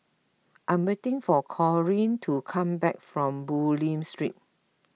I am waiting for Corrie to come back from Bulim Street